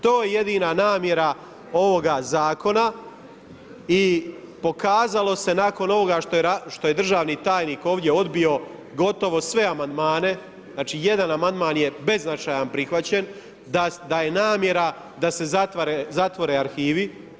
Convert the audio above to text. To je jedina namjera ovoga zakona i pokazalo se nakon ovoga što je državni tajnik ovdje odbio gotovo sve amandmane, znači jedan amandman je beznačajan prihvaćen, da je namjera da se zatvore arhivi.